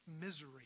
misery